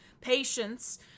patience